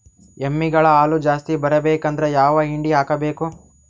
ಎಮ್ಮಿ ಗಳ ಹಾಲು ಜಾಸ್ತಿ ಬರಬೇಕಂದ್ರ ಯಾವ ಹಿಂಡಿ ಹಾಕಬೇಕು?